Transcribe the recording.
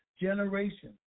generation